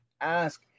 ask